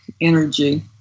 energy